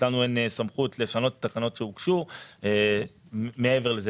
לנו אין סמכות לשנות תקנות שהוגשו מעבר לזה.